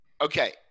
Okay